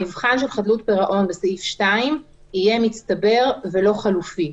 המבחן של חדלות פירעון בסעיף 2 יהיה מצטבר ולא חלופי.